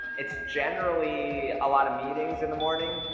it's generally a lot of meetings in the morning.